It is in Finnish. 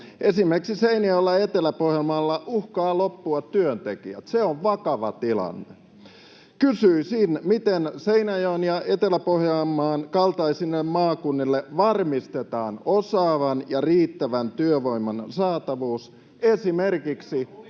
Esimerkiksi Seinäjoella ja Etelä-Pohjanmaalla uhkaavat loppua työntekijät. Se on vakava tilanne. Kysyisin, miten Seinäjoen ja Etelä-Pohjanmaan kaltaisille maakunnille varmistetaan osaavan ja riittävän työvoiman saatavuus esimerkiksi